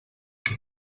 que